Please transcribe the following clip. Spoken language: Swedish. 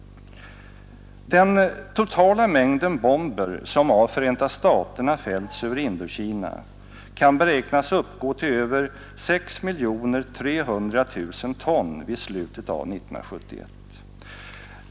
Den totala mängden bomber som av Förenta staterna fällts över Indokina kan beräknas uppgå till över 6 300 000 ton vid slutet av 1971.